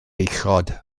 uchod